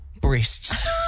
breasts